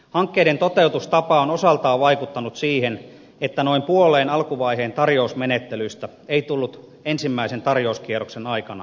hankkeiden toteutustapa on osaltaan vaikuttanut siihen että noin puoleen alkuvaiheen tarjousmenettelyistä ei tullut ensimmäisen tarjouskierroksen aikana yhtään tarjousta